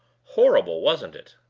horrible, wasn't it?